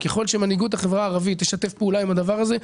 ככל שמנהיגות החברה הערבית תשתף פעולה עם הדבר הזה,